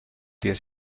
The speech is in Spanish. días